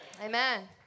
Amen